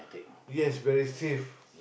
yes very safe